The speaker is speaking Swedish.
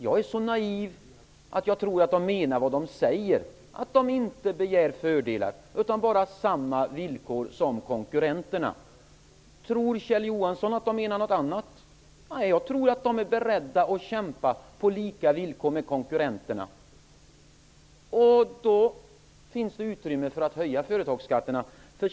Jag är så naiv att jag tror att de menar vad de säger. De begär inga fördelar, utan bara samma villkor som konkurrenterna. Tror Kjell Johansson att de menar något annat? Jag tror att de är beredda att kämpa på lika villkor som konkurrenterna. Då finns det utrymme för att höja företagsskatterna.